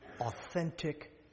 authentic